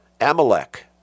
Amalek